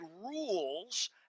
rules